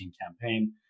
campaign